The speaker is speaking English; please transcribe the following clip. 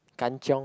Kan Chiong